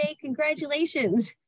Congratulations